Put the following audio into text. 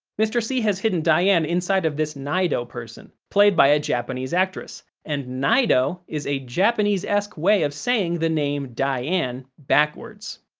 mr. c has hidden diane inside of this naido person, played by a japanese actress, and naido is a japanese-esque way of saying the name diane backwards.